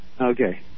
Okay